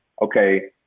okay